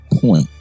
point